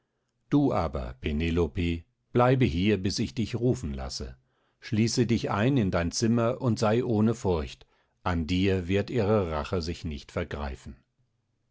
du aber penelope bleibe hier bis ich dich rufen lasse schließe dich ein in dein zimmer und sei ohne furcht an dir wird ihre rache sich nicht vergreifen